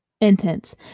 intense